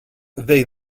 they